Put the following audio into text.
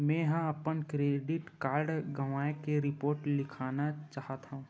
मेंहा अपन debit card गवाए के रिपोर्ट लिखना चाहत हव